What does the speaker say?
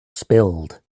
spilled